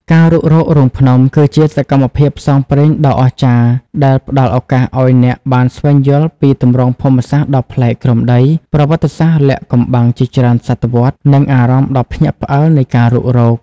ការរុករករូងភ្នំគឺជាសកម្មភាពផ្សងព្រេងដ៏អស្ចារ្យដែលផ្ដល់ឱកាសឱ្យអ្នកបានស្វែងយល់ពីទម្រង់ភូមិសាស្ត្រដ៏ប្លែកក្រោមដី ប្រវត្តិសាស្ត្រលាក់កំបាំងជាច្រើនសតវត្សរ៍ និងអារម្មណ៍ដ៏ភ្ញាក់ផ្អើលនៃការរុករក។